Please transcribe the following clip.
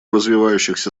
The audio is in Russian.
развивающихся